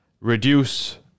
reduce